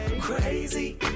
Crazy